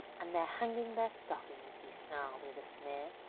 and they're hanging their stockings! he snarled with a sneer,